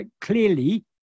clearly